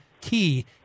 Key